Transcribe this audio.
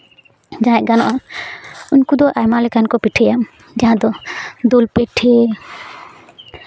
ᱡᱟᱦᱟᱸᱭᱟᱜ ᱜᱟᱱᱚᱜᱼᱟ ᱩᱱᱠᱩ ᱫᱚ ᱟᱭᱢᱟ ᱞᱮᱠᱟᱱ ᱠᱚ ᱯᱤᱴᱷᱟᱹᱭᱟ ᱡᱟᱦᱟᱸ ᱫᱚ ᱫᱩᱞ ᱯᱤᱴᱷᱟᱹ